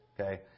okay